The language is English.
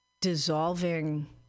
dissolving